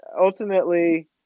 ultimately